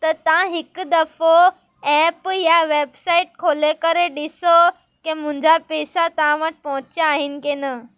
त तव्हां हिकु दफ़ो एप या वैबसाइट खोले करे ॾिसो की मुंहिंजा पैसा तव्हां वटि पहुचिया आहिनि की न